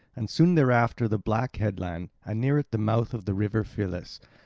and soon thereafter the black headland, and near it the mouth of the river phyllis,